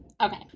Okay